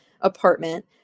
apartment